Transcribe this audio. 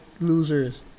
losers